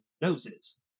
noses